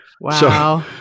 Wow